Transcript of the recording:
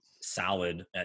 salad